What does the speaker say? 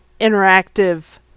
interactive